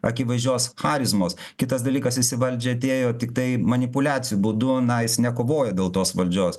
akivaizdžios charizmos kitas dalykas jis į valdžią atėjo tiktai manipuliacijų būdu na jis nekovojo dėl tos valdžios